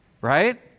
right